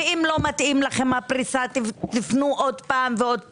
ואם לא מתאימה לכם הפריסה אז תפנו עוד פעם ועוד פעם.